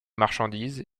marchandises